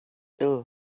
ill